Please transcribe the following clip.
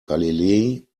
galilei